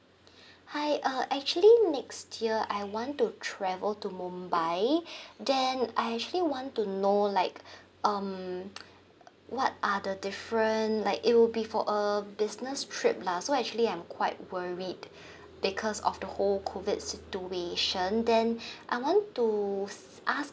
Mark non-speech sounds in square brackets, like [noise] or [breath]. [breath] hi uh actually next year I want to travel to mumbai [breath] then I actually want to know like um [noise] what are the different like it will be for a business trip lah so actually I'm quite worried [breath] because of the whole COVID situation then [breath] I want to ask